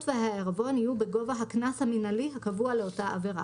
והעירבון יהיו בגובה הקנס המינהלי הקבוע לאותה עבירה,